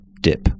dip